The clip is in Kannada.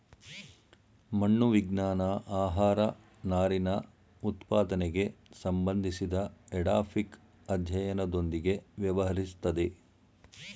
ಮಣ್ಣು ವಿಜ್ಞಾನ ಆಹಾರನಾರಿನಉತ್ಪಾದನೆಗೆ ಸಂಬಂಧಿಸಿದಎಡಾಫಿಕ್ಅಧ್ಯಯನದೊಂದಿಗೆ ವ್ಯವಹರಿಸ್ತದೆ